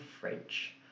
fridge